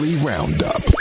roundup